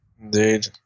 Indeed